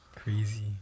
Crazy